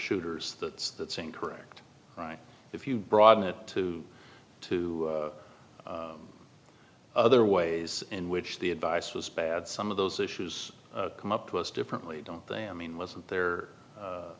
shooters that's that's incorrect if you broaden it to two other ways in which the advice was bad some of those issues come up to us differently don't they i mean wasn't there